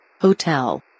Hotel